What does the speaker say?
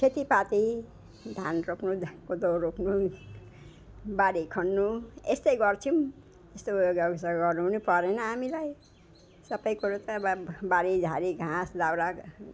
खेतीपाती धान रोप्नु धान कोदो रोप्नु बारी खन्नु यस्तै गर्छौँ यस्तो योगाहरू सोगाहरू पनि गर्नुपरेन हामीलाई सबै कुरो त अब बारीझारी घाँसदाउरा